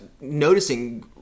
noticing